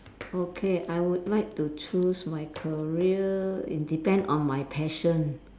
okay I would like to choose my career it depend on my passion